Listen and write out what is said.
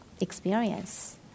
experience